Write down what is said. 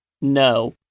No